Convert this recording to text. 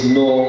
no